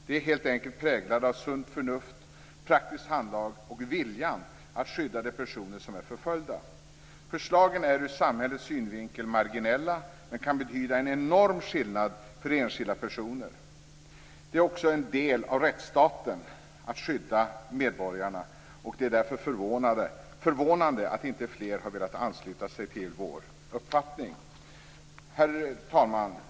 De är helt enkelt präglade av sunt förnuft, praktiskt handlag och en vilja att skydda de personer som är förföljda. Förslagen är ur samhällets synvinkel marginella, men de kan betyda en enorm skillnad för enskilda personer. Det är också en del av rättsstaten att skydda medborgarna. Det är därför förvånande att inte fler har velat ansluta sig till vår uppfattning. Herr talman!